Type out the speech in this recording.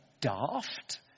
daft